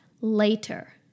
later